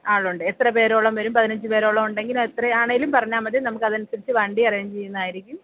ആളുണ്ട് എത്ര പേരോളം വരും പതിനഞ്ച് പേരോളമുണ്ടെങ്കിൽ എത്രയാണേലും പറഞ്ഞാൽ മതി നമുക്ക് അത് അനുസരിച്ച് വണ്ടി അറേഞ്ച് ചെയ്യുന്നതായിരിക്കും